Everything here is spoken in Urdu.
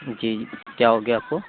جی کیا ہو گیا آپ کو